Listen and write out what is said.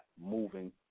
moving